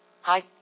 Hi